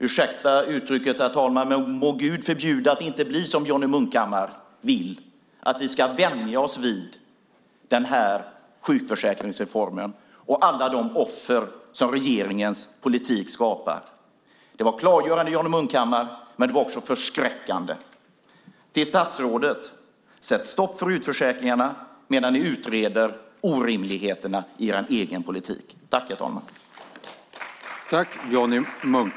Ursäkta uttrycket, herr talman, men må Gud förbjuda att det blir som Johnny Munkhammar vill, att vi ska vänja oss vid den här sjukförsäkringsreformen och alla de offer som regeringens politik skapar. Det var klargörande Johnny Munkhammar, men det var också förskräckande. Till statsrådet: Sätt stopp för utförsäkringarna medan ni utreder orimligheterna i er egen politik!